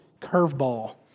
curveball